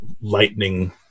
lightning